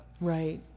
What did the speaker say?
Right